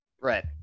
Right